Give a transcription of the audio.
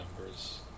numbers